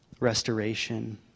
restoration